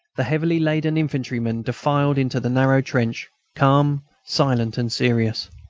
the heavily laden infantrymen defiled into the narrow trench, calm, silent, and serious.